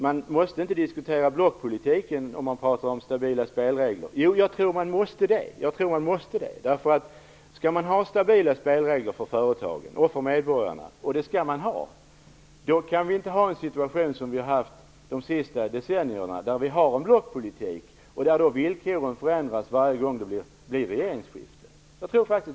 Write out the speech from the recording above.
Man måste inte diskutera blockpolitiken när det gäller detta med stabila spelregler, sägs det här. Jo, det tror jag att man måste göra. För att få stabila spelregler för företagen och medborgarna, och sådana skall vi ha, kan vi inte ha samma situation som den vi haft under de senaste decennierna med blockpolitiken. Varje gång det blir regeringsskifte förändras villkoren.